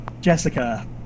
Jessica